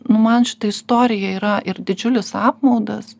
nu man šita istorija yra ir didžiulis apmaudas